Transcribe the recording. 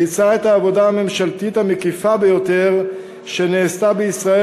ביצעה את העבודה הממשלתית המקיפה ביותר שנעשתה בישראל